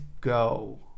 go